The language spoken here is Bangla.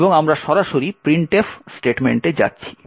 এবং আমরা সরাসরি printf স্টেটমেন্টে যাচ্ছি